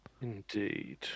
Indeed